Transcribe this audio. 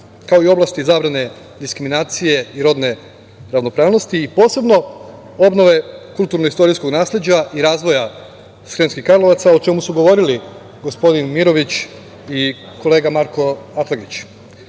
kao i oblasti zabrane diskriminacije i rodne ravnopravnosti i posebno obnove kulturno-istorijskog nasleđa i razvoja Sremskih Karlovaca, o čemu su govorili Mirović i kolega Marko Atlagić. Verujem